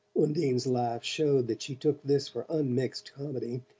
undine's laugh showed that she took this for unmixed comedy.